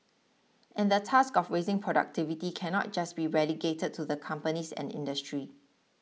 and the task of raising productivity cannot just be relegated to the companies and industry